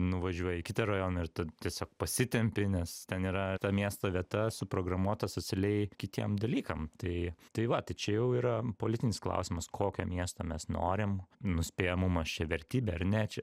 nuvažiuoji į kitą rajoną ir tad tiesiog pasitempi nes ten yra miesto vieta suprogramuota socialiai kitiem dalykam tai tai va čia jau yra politinis klausimas kokio miesto mes norim nuspėjamumas čia vertybė ar ne čia